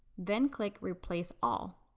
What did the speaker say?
then click replace all.